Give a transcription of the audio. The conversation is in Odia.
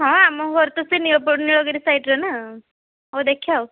ହଁ ଆମ ଘର ତ ସେଇ ନୀଳପରି ନୀଳଗିରି ସାଇଡ଼୍ରେ ନା ହଉଦେଖିଆ ଆଉ